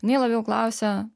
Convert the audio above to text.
jinai labiau klausia